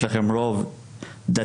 יש לכם רוב דתי,